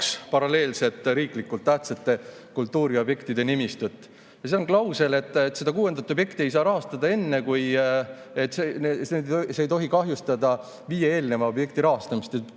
paralleelset riiklikult tähtsate kultuuriobjektide nimistut. Ja on klausel, et seda kuuendat objekti ei saa rahastada enne, see ei tohi kahjustada viie eelneva objekti rahastamist.